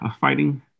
fighting